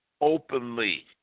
openly